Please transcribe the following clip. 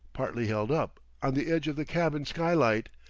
partly held up, on the edge of the cabin sky-light,